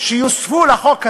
שיוסיפו לחוק הזה,